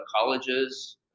colleges